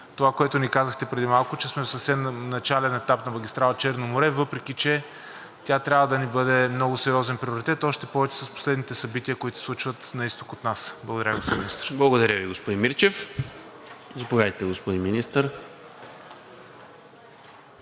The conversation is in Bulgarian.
това, което ни казахте преди малко, че сме в съвсем начален етап на магистрала „Черно море“, въпреки че тя трябва да ни бъде много сериозен приоритет, още повече с последните събития, които се случват на изток от нас? Благодаря Ви, господин Министър. ПРЕДСЕДАТЕЛ НИКОЛА МИНЧЕВ: Благодаря Ви, господин Мирчев. Заповядайте, господин Министър.